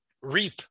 reap